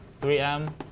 3m